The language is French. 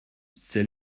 c’est